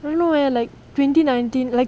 like very long leh like twenty nineteen like